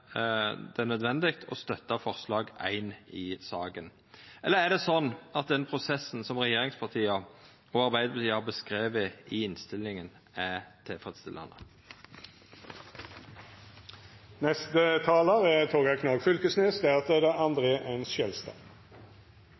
det er nødvendig å støtta forslag nr. 1 i saka, eller om det er slik at den prosessen som regjeringspartia og Arbeidarpartiet har beskrive i innstillinga, er tilfredsstillande. Eg er glad for at vi no har ein meir imøtekomande statsråd på dette feltet enn det